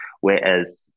whereas